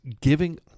giving